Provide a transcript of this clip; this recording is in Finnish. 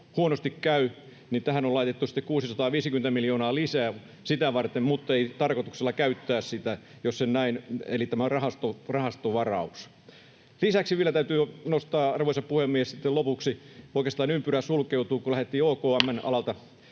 huonosti käy, niin tähän on laitettu sitten 650 miljoonaa lisää sitä varten, mutta ei tarkoituksella käytetä sitä, eli tämä on rahastovaraus. Lisäksi vielä täytyy nostaa, arvoisa puhemies, lopuksi — oikeastaan ympyrä sulkeutuu, kun lähdettiin OKM:n alalta: